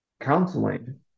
counseling